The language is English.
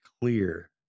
clear